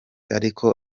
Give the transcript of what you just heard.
ariko